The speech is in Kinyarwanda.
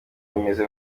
bameze